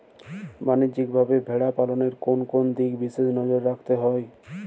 বাণিজ্যিকভাবে ভেড়া পালনে কোন কোন দিকে বিশেষ নজর রাখতে হয়?